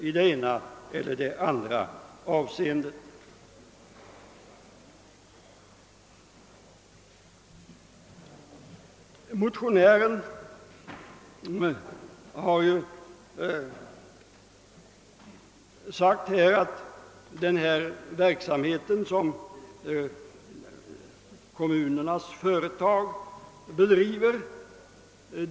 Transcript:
Motionären har anfört att det inte finns någonting annat än gott att säga om den verksamhet som kommunernas företag bedriver.